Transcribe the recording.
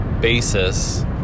basis